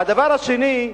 והדבר השני,